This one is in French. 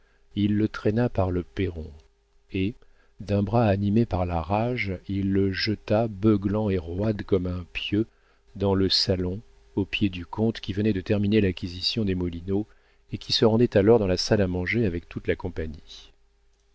il le traîna par le perron et d'un bras animé par la rage il le jeta beuglant et roide comme un pieu dans le salon aux pieds du comte qui venait de terminer l'acquisition des moulineaux et qui se rendait alors dans la salle à manger avec toute la compagnie